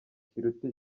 kiruta